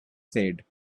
said